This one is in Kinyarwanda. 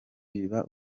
biba